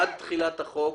עד תחילת החוק,